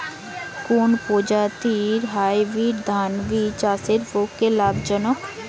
কোন প্রজাতীর হাইব্রিড ধান বীজ চাষের পক্ষে লাভজনক?